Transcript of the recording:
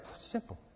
Simple